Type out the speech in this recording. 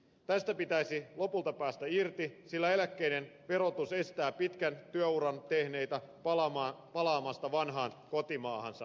tästä pitäisi lopulta päästä irti sillä eläkkeiden verotus estää pitkän työuran tehneitä palaamasta vanhaan kotimaahansa